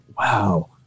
wow